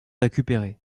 récupérés